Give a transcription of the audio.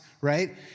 right